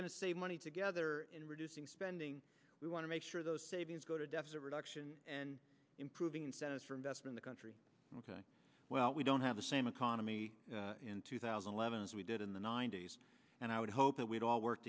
going to save money together in reducing spending we want to make sure those savings go to deficit reduction and improving incentives for invest in the country well we don't have the same economy in two thousand and eleven as we did in the ninety's and i would hope that we'd all work